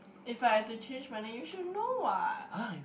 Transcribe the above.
if I had to change my name you should know what